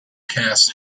cass